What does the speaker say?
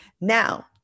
Now